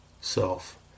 self